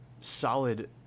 solid